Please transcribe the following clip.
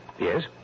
Yes